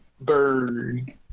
Bird